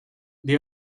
they